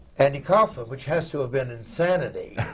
andy kaufman, which has to have been insanity!